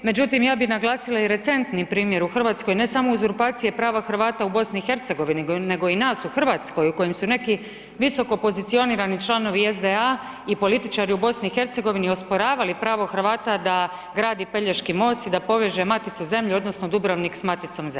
Međutim, ja bih naglasila i recentnim primjerom u Hrvatskoj, ne samo uzurpacije prava Hrvata u BiH, nego i nas u Hrvatskoj u kojem su neki visokopozicionirani članovi SDA i političari u BiH osporavali pravo Hrvata da gradi Pelješki most i da poveže maticu zemlju odnosno Dubrovnik s maticom zemljom.